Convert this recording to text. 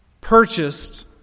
purchased